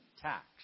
tax